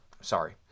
sorry